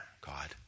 God